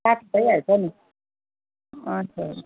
साथ भइहाल्छ नि हजुर